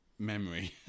memory